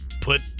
put